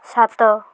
ସାତ